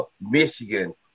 Michigan